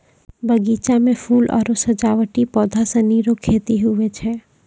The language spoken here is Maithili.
बगीचा मे फूल आरु सजावटी पौधा सनी रो खेती हुवै छै